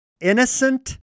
Innocent